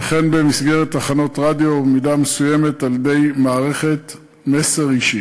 וכן במסגרת תחנות רדיו ובמידה מסוימת על-ידי מערכת "מסר אישי".